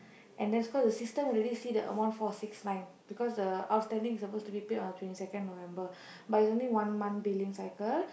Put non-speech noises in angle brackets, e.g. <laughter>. <breath> and that's system already see the amount four six nine because the outstanding is supposed to be paid on twenty second November but it's only one month billing cycle